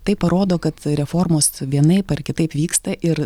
tai parodo kad reformos vienaip ar kitaip vyksta ir